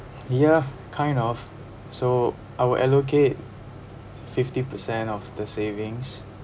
ya kind of so I will allocate fifty percent of the savings